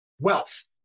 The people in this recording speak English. Wealth